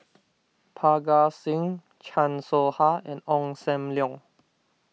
Parga Singh Chan Soh Ha and Ong Sam Leong